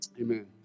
Amen